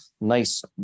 nice